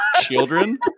children